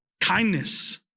Kindness